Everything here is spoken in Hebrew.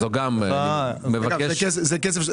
אני מבקש לשלוח לנו תשובה.